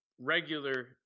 regular